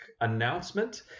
announcement